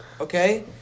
Okay